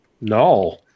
no